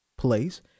place